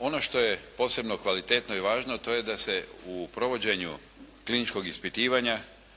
Ono što je posebno kvalitetno i važno, to je da se u provođenju kliničkog ispitivanja